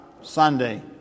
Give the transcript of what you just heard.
Sunday